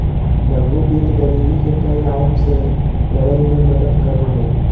लघु वित्त गरीबी के कई आयाम से लड़य में मदद करो हइ